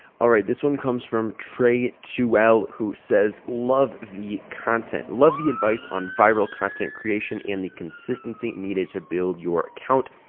all right, this one comes from trey to owl who says love the content, love the advice on viral content creation and the consistency needed to build your account.